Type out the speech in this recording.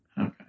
Okay